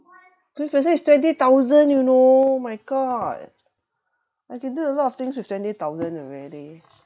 fifty percent is twenty thousand you know oh my god I can do a lot of things with twenty thousand already